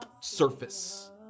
surface